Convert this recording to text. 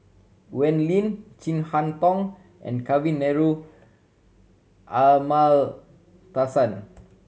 Wee Lin Chin Harn Tong and Kavignareru Amallathasan